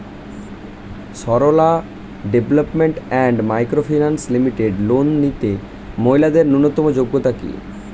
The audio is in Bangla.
Sarala development and micro finance limited loan নিতে মহিলাদের ন্যূনতম যোগ্যতা কী?